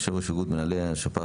יושבת ראש איגוד מנהלי השפ"חים,